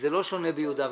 וזה לא שונה ביהודה ושומרון.